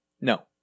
No